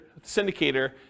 syndicator